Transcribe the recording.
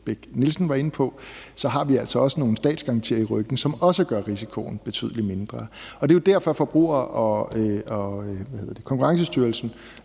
Bech-Nielsen var inde på – har vi altså også nogle statsgarantier i ryggen, som også gør risikoen betydelig mindre. Det er jo derfor, at Konkurrence- og Forbrugerstyrelsen